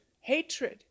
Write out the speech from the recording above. hatred